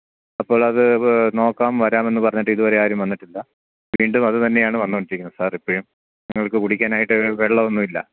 അപ്പോഴത് നോക്കാൻ വരാമെന്ന് പറഞ്ഞിട്ട് ഇതുവരെ ആരും വന്നിട്ടില്ല വീണ്ടും അത് തന്നെയാണ് വന്നുകൊണ്ടിരിക്കുന്നത് സാർ ഇപ്പഴും ഞങ്ങൾക്ക് കുടിക്കാൻ ആയിട്ട് വെള്ളം ഒന്നും ഇല്ല